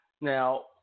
now